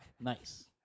Nice